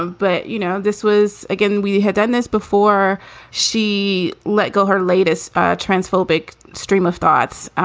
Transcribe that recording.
but, you know, this was again, we had done this before she let go her latest transphobia stream of thoughts.